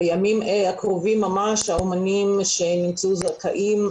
בימים הקרובים ממש האומנים שנמצאים זכאיים,